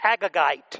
Agagite